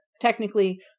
technically